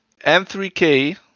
M3K